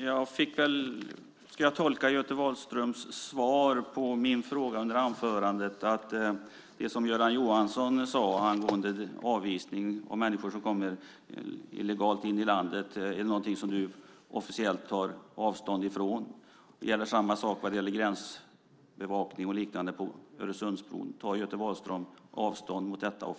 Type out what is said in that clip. Herr talman! Ska jag tolka Göte Wahlströms svar på min fråga i anförandet så att det som Göran Johansson sade angående avvisning av människor som kommer illegalt in i landet är någonting som du officiellt tar avstånd ifrån? Gäller samma sak gränsbevakning och liknande på Öresundsbron? Tar Göte Wahlström officiellt avstånd från detta?